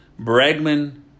Bregman